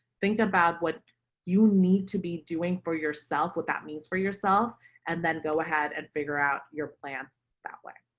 think about what you need to be doing for yourself what that means for yourself and then go ahead and figure out your plan that way.